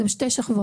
זה בשתי שכבות.